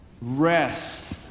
Rest